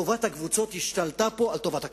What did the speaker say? טובת הקבוצות השתלטה פה על טובת הכלל,